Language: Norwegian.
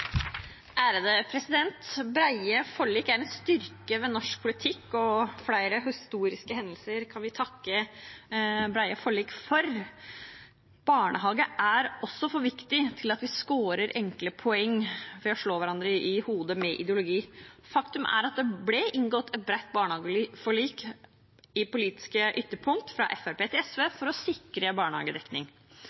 også for viktig til å score enkle poeng ved å slå hverandre i hodet med ideologi. Faktum er at det ble inngått et bredt barnehageforlik, av politiske ytterpunkt fra Fremskrittspartiet til SV, for å sikre barnehagedekning.